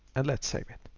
and let's save it.